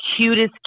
cutest